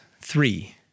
three